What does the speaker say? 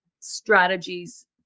Strategies